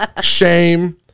Shame